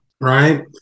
right